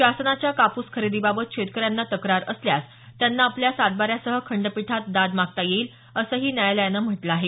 शासनाच्या कापूस खरेदीबाबत शेतकऱ्यांना तक्रार असल्यास त्यांना आपल्या सातबाऱ्यासह खंडपीठात दाद मागता येईल असंही न्यायालयानं म्हटलं आहे